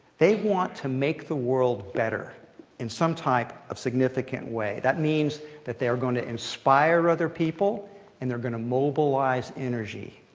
they want to make the world better in some type of significant way. that means that they are going to inspire other people and they're going to mobilize energy.